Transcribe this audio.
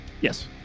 Yes